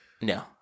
No